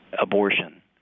abortion